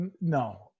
No